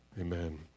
Amen